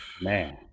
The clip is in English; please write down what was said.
man